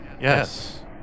Yes